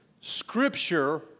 scripture